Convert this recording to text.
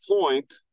point